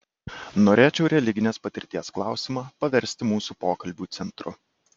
norėčiau religinės patirties klausimą paversti mūsų pokalbio centru